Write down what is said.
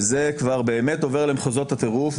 וזה כבר עובר למחוזות הטירוף.